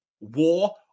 War